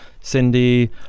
Cindy